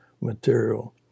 material